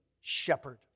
shepherd